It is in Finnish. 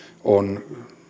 on